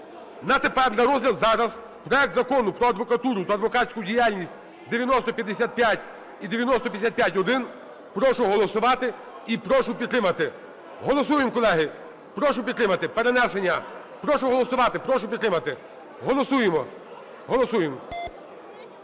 на тепер, на розгляд зараз, проект Закону про адвокатуру та адвокатську діяльність (9055 і 9055-1), прошу голосувати і прошу підтримати. Голосуємо, колеги, прошу підтримати перенесення. Прошу голосувати, прошу підтримати. Голосуємо! Голосуємо!